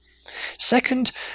Second